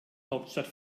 hauptstadt